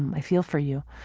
i feel for you.